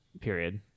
period